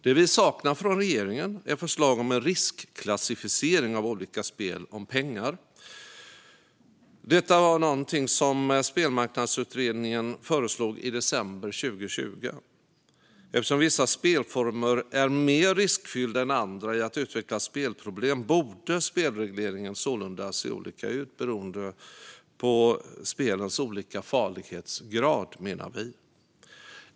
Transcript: Det vi saknar från regeringen är förslag om riskklassificering av olika spel om pengar. Detta var något som Spelmarknadsutredningen föreslog i december 2020. Eftersom vissa spelformer är mer riskfyllda än andra i att utveckla spelproblem borde spelregleringen sålunda se olika ut beroende på spelens olika farlighetsgrad, menar vi.